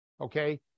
okay